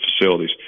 facilities